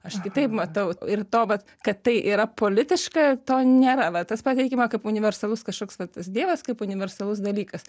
aš kitaip matau ir to vat kad tai yra politiška to nėra va tas pateikiama kaip universalus kažkoks vat tas dievas kaip universalus dalykas